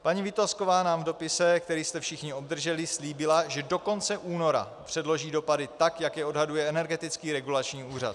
Paní Vitásková nám v dopise, který jste všichni obdrželi, slíbila, že do konce února předloží dopady tak, jak je odhaduje Energetický regulační úřad.